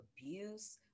abuse